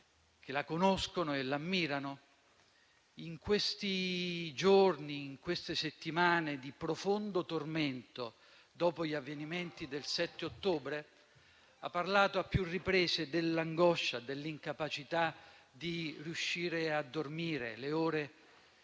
che la conoscono e la ammirano, in questi giorni e in queste settimane di profondo tormento, dopo gli avvenimenti del 7 ottobre, ha parlato a più riprese dell'angoscia e dell'incapacità di riuscire a dormire, le ore